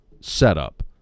setup